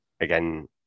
again